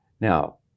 Now